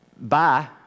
bye